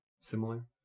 similar